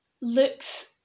looks